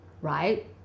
right